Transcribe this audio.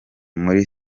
muri